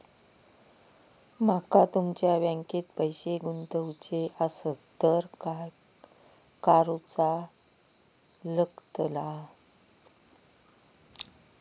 माका तुमच्या बँकेत पैसे गुंतवूचे आसत तर काय कारुचा लगतला?